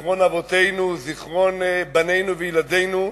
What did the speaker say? זיכרון אבותינו, זיכרון בנינו וילדינו,